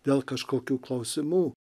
dėl kažkokių klausimų